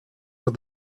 with